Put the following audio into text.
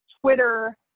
Twitter